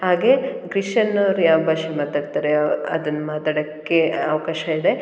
ಹಾಗೆ ಕ್ರಿಶ್ಚನ್ ಅವ್ರು ಯಾವ ಭಾಷೆ ಮಾತಾಡ್ತಾರೆ ಅದನ್ನು ಮಾತಾಡಕ್ಕೆ ಅವಕಾಶ ಇದೆ